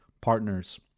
partners